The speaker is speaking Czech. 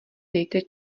dejte